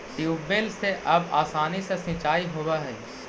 tubewell से अब आसानी से सिंचाई होवऽ हइ